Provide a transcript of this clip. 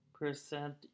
Percent